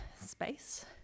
space